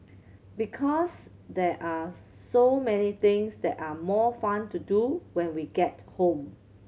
because there are so many things that are more fun to do when we get home